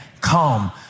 come